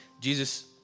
Jesus